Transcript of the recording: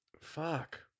Fuck